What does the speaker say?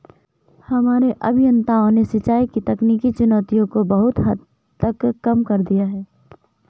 हमारे अभियंताओं ने सिंचाई की तकनीकी चुनौतियों को बहुत हद तक कम कर दिया है